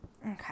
Okay